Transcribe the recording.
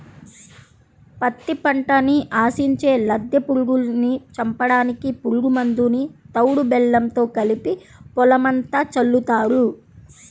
పత్తి పంటని ఆశించే లద్దె పురుగుల్ని చంపడానికి పురుగు మందుని తవుడు బెల్లంతో కలిపి పొలమంతా చల్లుతారు